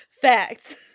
Facts